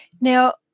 Now